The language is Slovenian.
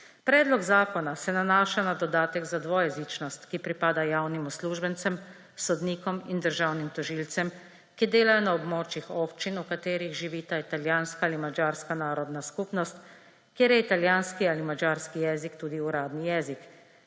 Predlog zakona se nanaša na dodatek za dvojezičnost, ki pripada javnim uslužbencem, sodnikom in državnim tožilcem, ki delajo na območju občin, v katerih živita italijanska ali madžarska narodna skupnost, kjer je italijanski ali madžarski jezik tudi uradni jezik,